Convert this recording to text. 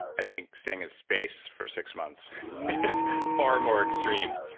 i think staying in space for six months is far more extreme.